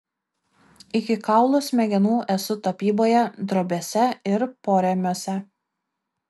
iki kaulų smegenų esu tapyboje drobėse ir porėmiuose